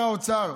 שר האוצר,